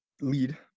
lead